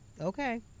okay